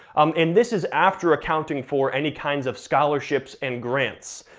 um and this is after accounting for any kinds of scholarships and grants.